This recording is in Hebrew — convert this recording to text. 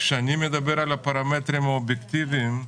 כשאני מדבר על הפרמטרים האובייקטיביים,